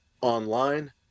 online